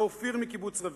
לאופיר מקיבוץ רביד,